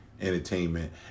entertainment